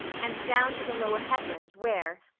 and down to the lower headland where,